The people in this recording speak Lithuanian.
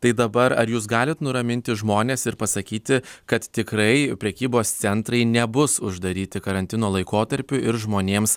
tai dabar ar jūs galit nuraminti žmones ir pasakyti kad tikrai prekybos centrai nebus uždaryti karantino laikotarpiu ir žmonėms